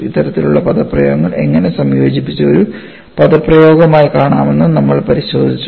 ഇത്തരത്തിലുള്ള പദപ്രയോഗങ്ങൾ എങ്ങനെ സംയോജിപ്പിച്ച് ഒരു പദപ്രയോഗമായി കാണാമെന്നും നമ്മൾ പരിശോധിച്ചു